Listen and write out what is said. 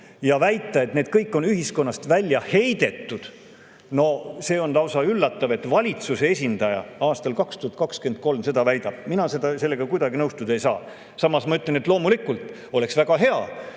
ja väita, et need kõik on ühiskonnast välja heidetud – no see on lausa üllatav, et valitsuse esindaja aastal 2023 seda väidab. Mina sellega kuidagi nõustuda ei saa. Samas ma ütlen, et loomulikult oleks väga hea,